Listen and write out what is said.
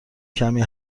کمی